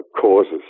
causes